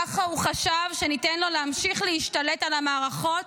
ככה הוא חשב שניתן לו להמשיך להשתלט על המערכות,